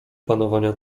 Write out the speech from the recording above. panowania